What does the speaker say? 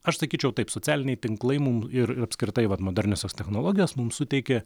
aš sakyčiau taip socialiniai tinklai mum ir apskritai vat moderniosios technologijos mum suteikė